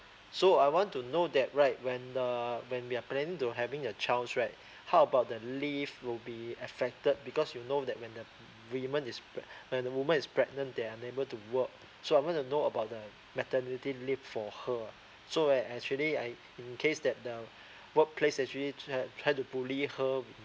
so I want to know that right when err when we are planning to having a child right how about the leave will be affected because you know that when uh women is prep when a woman is pregnant they're unable to work so I wanna know about the maternity leave for her so I I actually I in case that the workplace actually try try to bully her